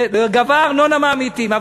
גבה ארנונה מהמתים.